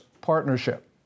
partnership